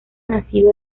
nacido